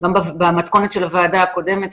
גם במתכונת של הוועדה הקודמת,